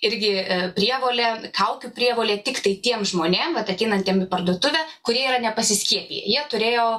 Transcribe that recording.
irgi prievolė kaukių prievolė tiktai tiem žmonėm vat ateinantiem į parduotuvę kurie yra nepasiskiepiję jie turėjo